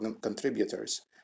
contributors